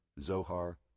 Zohar